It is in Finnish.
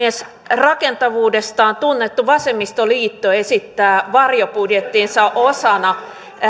rakentavuudestaan tunnettu vasemmistoliitto esittää varjobudjettinsa osana